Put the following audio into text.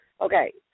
okay